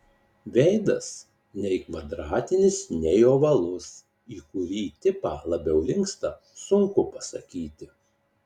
veidas nei kvadratinis nei ovalus į kurį tipą labiau linksta sunku pasakyti